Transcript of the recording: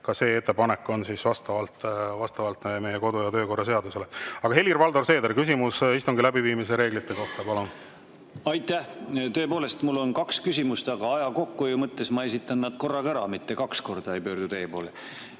ka see ettepanek on [tehtud] vastavalt meie kodu- ja töökorra seadusele. Helir-Valdor Seeder, küsimus istungi läbiviimise reeglite kohta, palun! Aitäh! Tõepoolest, mul on kaks küsimust, aga aja kokkuhoiu mõttes ma esitan nad korraga ära, mitte ei pöördu kaks